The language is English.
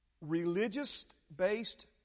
religious-based